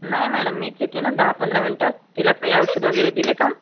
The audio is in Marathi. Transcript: नाही मॅडम मीच येते ना दहापंधरा मिनिटांत तिला काही औषध वगैरे दिले का